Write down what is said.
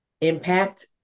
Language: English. impact